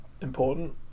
important